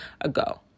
ago